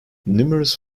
numerous